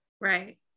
Right